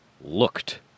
looked